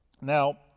Now